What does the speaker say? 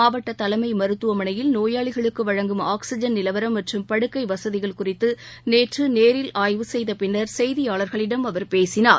மாவட்டதலைமைருத்துவமனையில் நோயாளிகளுக்குவழங்கும் ஆக்ஸிஜன் நிலவரம் மற்றம் படுக்கைவசதிகள் குறித்துநேற்றுநேரில் ஆய்வு செய்தபின்னர் செய்தியாளர்களிடம் அவர் பேசினார்